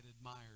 admired